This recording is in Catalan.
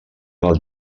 del